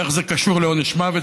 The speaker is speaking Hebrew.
איך זה קשור לעונש מוות?